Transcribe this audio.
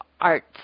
arts